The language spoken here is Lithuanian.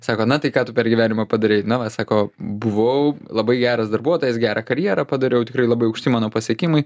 sako na tai ką tu per gyvenimą padarei na va sako buvau labai geras darbuotojas gerą karjerą padariau tikrai labai aukšti mano pasiekimai